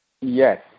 yes